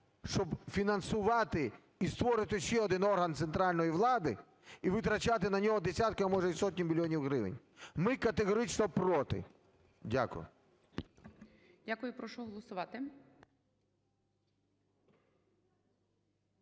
щоб фінансувати і створювати ще один орган центральної влади і витрачати на нього десятки, а може, і сотні мільйонів гривень. Ми категорично проти. Дякую. ГОЛОВУЮЧИЙ. Дякую. Прошу голосувати.